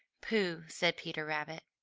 pooh! said peter rabbit,